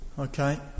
Okay